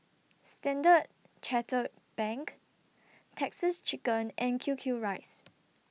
Standard Chartered Bank Texas Chicken and Q Q Rice